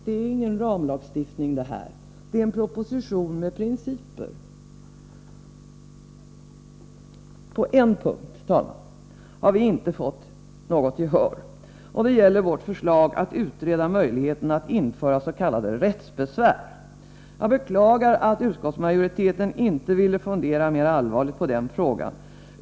Detta är ingen ramlagstiftning, det är en proposition med principer. På en punkt, herr talman, har vi inte fått något gehör. Det gäller vårt förslag att utreda möjligheten att införa s.k. rättsbesvär. Jag beklagar att utskottsmajoriteten inte ville fundera mera allvarligt på den frågan.